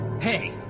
Hey